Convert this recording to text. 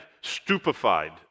stupefied